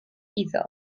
iddo